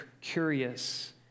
curious